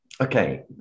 Okay